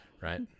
Right